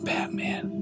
Batman